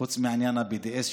חוץ מעניין ה-BDS,